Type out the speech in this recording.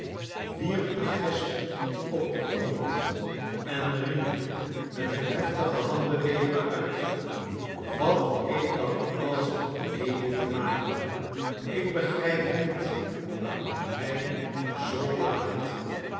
wierp den gesp op den grond en riep met een heftige handbeweging uit wat heeft dat alles met lewin te maken ik begrijp niet waarom je mij zoo plaagt